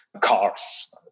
cars